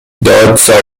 دادسرای